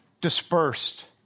dispersed